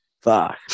Fuck